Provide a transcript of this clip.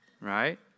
right